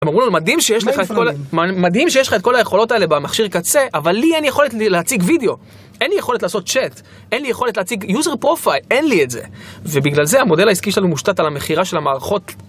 מדהים שיש לך את כל היכולות האלה במכשיר קצה, אבל לי אין יכולת להציג וידאו, אין לי יכולת לעשות צ'אט, אין לי יכולת להציג יוזר פרופייל, אין לי את זה, ובגלל זה המודל העסקי שלנו מושתת על המכירה של המערכות.